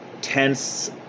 tense